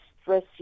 stress